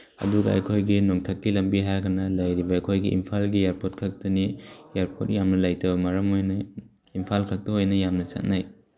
ꯑꯗꯨꯒ ꯑꯩꯈꯣꯏꯒꯤ ꯅꯣꯡꯊꯛꯀꯤ ꯂꯝꯕꯤ ꯍꯥꯏꯔꯒꯅ ꯂꯩꯔꯤꯕ ꯑꯩꯈꯣꯏꯒꯤ ꯏꯝꯐꯥꯜꯒꯤ ꯏꯌꯥꯔꯄꯣꯔꯠ ꯈꯛꯇꯅꯤ ꯏꯌꯥꯔꯄꯣꯔꯠ ꯌꯥꯝꯅ ꯂꯩꯇꯕ ꯃꯔꯝ ꯑꯣꯏꯅ ꯏꯝꯐꯥꯜ ꯈꯛꯇ ꯑꯣꯏꯅ ꯌꯥꯝꯅ ꯆꯠꯅꯩ